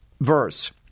verse